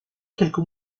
quelques